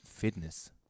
Fitness